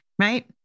right